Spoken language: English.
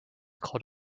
called